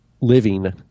living